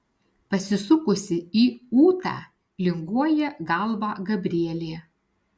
pasisukusi į ūtą linguoja galvą gabrielė